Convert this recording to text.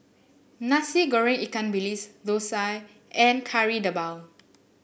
Nasi Goreng Ikan Bilis Dosa and Kari Debal